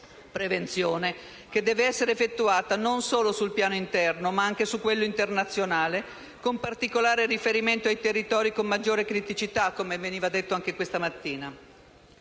prevenzione che deve essere effettuata non solo sul piano interno, ma anche su quello internazionale, con particolare riferimento ai territori con maggiore criticità, come veniva detto anche questa mattina.